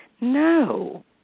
No